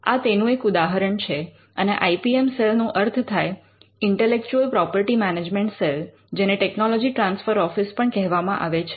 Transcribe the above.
આ તેનું એક ઉદાહરણ છે અને આઇ પી એમ સેલ નો અર્થ થાય ઇન્ટેલેક્ચુઅલ પ્રોપર્ટી મેનેજમેન્ટ સેલ જેને ટેકનોલોજી ટ્રાન્સફર ઓફિસ પણ કહેવામાં આવે છે